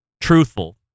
truthful